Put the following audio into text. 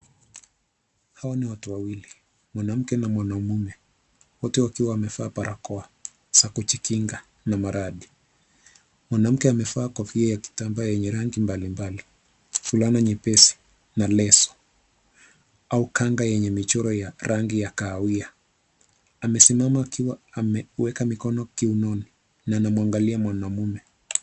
Hawa ni watu wawili. Mwanamke na mwanaume, wote wakiwa wamevaa barakoa za kujikinga na maradhi. Mwanamke amevaa kofia ya kitambaa yenye rangi mbalimbali ,fulana nyepesi na leso au kanga yenye michoro ya rangi ya kahawia. Amesimama akiwa ameweka mikono kiunoni na anamwangalia mwanaume.